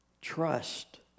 trust